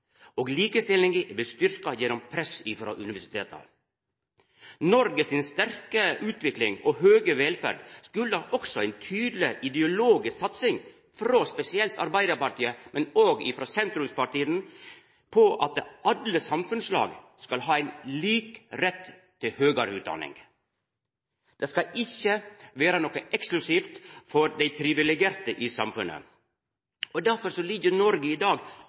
Også likestillinga er blitt styrkt gjennom press frå universiteta. Noreg si sterke utvikling og høge velferdsnivå kjem også av ei tydeleg ideologisk satsing – spesielt frå Arbeiderpartiet, men òg frå sentrumspartia – på at alle samfunnslag skal ha ein lik rett til høgare utdanning. Det skal ikkje vera noko eksklusivt for dei privilegerte i samfunnet. Difor ligg Noreg i dag,